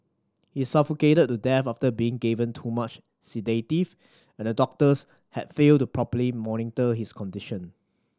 he suffocated to death after being given too much sedative and the doctors had failed to properly monitor his condition